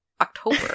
October